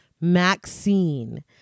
Maxine